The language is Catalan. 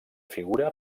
figura